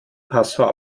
passau